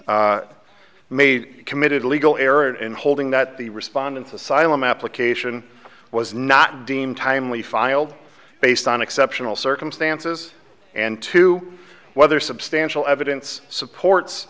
may committed a legal error in holding that the respondent asylum application was not deemed timely filed based on exceptional circumstances and to whether substantial evidence supports